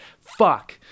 fuck